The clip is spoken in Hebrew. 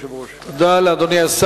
תודה רבה, אדוני היושב-ראש.